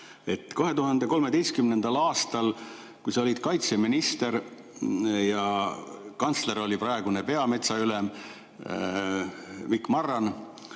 2013. aastal, kui sa olid kaitseminister ja kantsler oli praegune peametsaülem Mikk Marran,